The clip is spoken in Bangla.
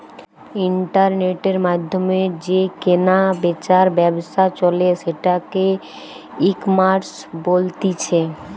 ইন্টারনেটের মাধ্যমে যে কেনা বেচার ব্যবসা চলে সেটাকে ইকমার্স বলতিছে